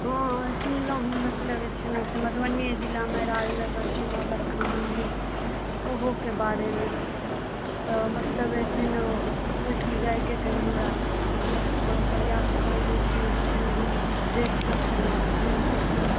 हँ सुनलहुँ हँ मतलब जे छै ने से मधुबनिए जिलामे राजनगर छै नौलक्खा मन्दिर ओहोके बारेमे तऽ मतलब जे छै ने ओहिठाम जाके कनि हमरा अहाँ हेल्प करब प्रयास करब जे छै ने से कनि हम देखि सकी घुमि सकी